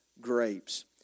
grapes